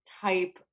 type